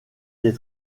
des